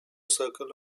circle